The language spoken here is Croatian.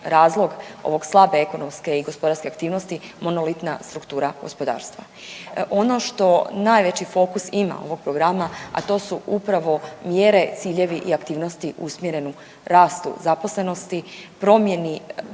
razlog ove slabe ekonomske i gospodarske aktivnosti monolitna struktura gospodarstva. Ono što najveći fokus ima ovog programa, a to su upravo mjere, ciljevi i aktivnosti usmjereni rastu zaposlenosti, promjeni